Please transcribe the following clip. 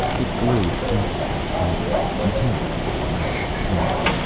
it glowed faintly in the sunlight. metallic, rather than cloth.